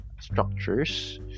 structures